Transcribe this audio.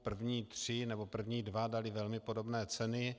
První tři nebo první dva dali velmi podobné ceny.